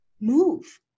move